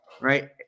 right